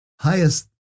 highest